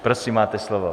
Prosím, máte slovo.